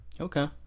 Okay